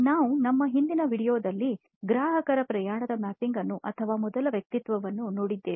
ನಾವು ನಮ್ಮ ಹಿಂದಿನ ವೀಡಿಯೊದಲ್ಲಿ ಗ್ರಾಹಕರ ಪ್ರಯಾಣದ ಮ್ಯಾಪಿಂಗ್ ಅನ್ನು ಅಥವಾ ಮೊದಲ ವ್ಯಕ್ತಿತ್ವವನ್ನು ನೋಡಿದ್ದೇವೆ